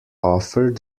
offered